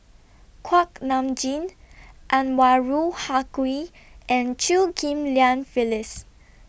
Kuak Nam Jin Anwarul Haque and Chew Ghim Lian Phyllis